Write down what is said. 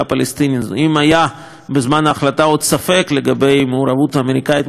אם היה בזמן ההחלטה עוד ספק לגבי המעורבות האמריקנית מאחורי הקלעים,